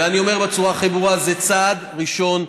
ואני אומר בצורה הכי ברורה: זה צעד ראשון,